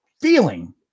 feeling